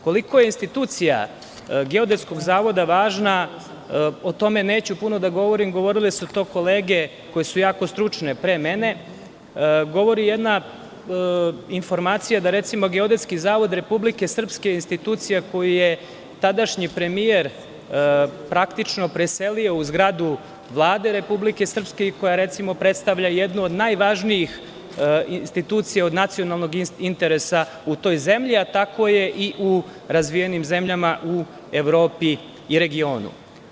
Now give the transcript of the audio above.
Koliko je institucija Geodetskog zavoda važna neću puno da govorim, govorile su to kolege koje su jako stručne pre mene, govori jedna informacija da recimo Geodetski zavod Republike Srpske je institucija koju je tadašnji premijer, praktično preselio u zgradu Vlade Republike Srpske i koja recimo, predstavlja jednu od najvažnijih institucija od nacionalnog interesa u toj zemlji, a tako je i u razvijenim zemljama u Evropi i regionu.